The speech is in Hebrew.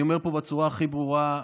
אני אומר פה בצורה הכי ברורה,